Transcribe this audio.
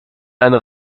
eine